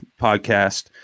podcast